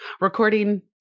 recording